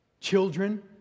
Children